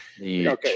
Okay